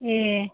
ए